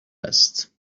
است